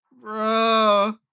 Bro